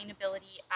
sustainability